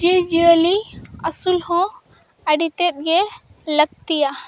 ᱡᱤᱵᱽᱼᱡᱤᱭᱟᱹᱞᱤ ᱟᱹᱥᱩᱞᱦᱚᱸ ᱟᱹᱰᱤᱛᱮᱫᱜᱮ ᱞᱟᱹᱠᱛᱤᱭᱟ